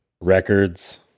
records